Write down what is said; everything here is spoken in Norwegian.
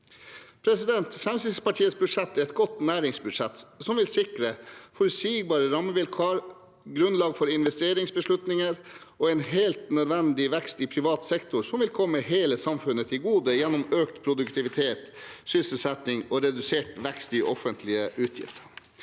formueskatt. Fremskrittspartiets budsjett er et godt næringsbudsjett som vil sikre forutsigbare rammevilkår, grunnlag for investeringsbeslutninger og en helt nødvendig vekst i privat sektor, noe som vil komme hele samfunnet til gode gjennom økt produktivitet, økt sysselsetting og redusert vekst i offentlige utgifter.